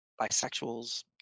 bisexuals